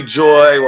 joy